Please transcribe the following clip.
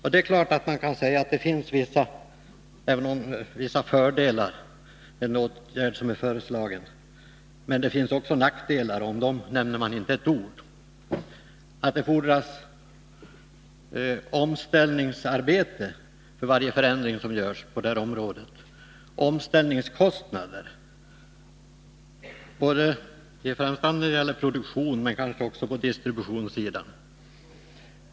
Naturligtvis kan det sägas att det finns vissa fördelar med den åtgärd som är föreslagen, men det finns också nackdelar, och om dem nämner man inte ett ord. Det fordras omställningsarbete för varje förändring som görs på det här området, och det blir omställningskostnader framför allt när det gäller produktion men kanske också på distributionssidan.